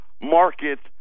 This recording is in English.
markets